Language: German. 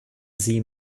sie